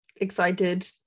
excited